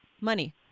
money